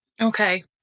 Okay